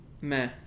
meh